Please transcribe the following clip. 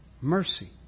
mercy